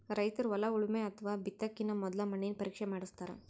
ರೈತರ್ ಹೊಲ ಉಳಮೆ ಅಥವಾ ಬಿತ್ತಕಿನ ಮೊದ್ಲ ಮಣ್ಣಿನ ಪರೀಕ್ಷೆ ಮಾಡಸ್ತಾರ್